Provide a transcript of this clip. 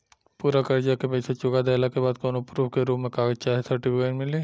पूरा कर्जा के पईसा चुका देहला के बाद कौनो प्रूफ के रूप में कागज चाहे सर्टिफिकेट मिली?